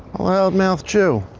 a loudmouth jew.